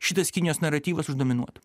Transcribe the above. šitas kinijos naratyvas uždominuotų